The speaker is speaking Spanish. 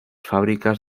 fábricas